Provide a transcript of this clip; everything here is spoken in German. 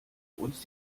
uns